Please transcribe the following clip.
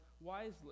wisely